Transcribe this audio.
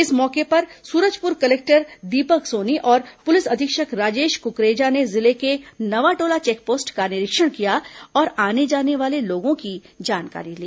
इस मौके पर सूरजपुर कलेक्टर दीपक सोनी और पुलिस अधीक्षक राजेश कुकरेजा ने जिले के नवाटोला चेकपोस्ट का निरीक्षण किया और आने जाने वाले लोगों की जानकारी ली